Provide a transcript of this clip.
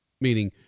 Meaning